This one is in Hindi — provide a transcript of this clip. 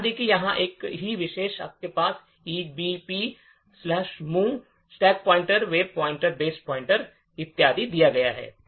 ध्यान दें यहाँ पर एक ही निर्देश आपके पास EBP mov stack pointer base pointer इत्यादि हैं